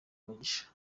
umugisha